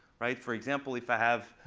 right, for example, if i have